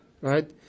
Right